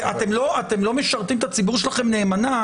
אתם לא משרתים את הציבור שלכם נאמנה,